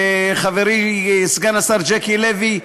חברי סגן השר ז'קי לוי,